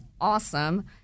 awesome